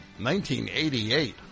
1988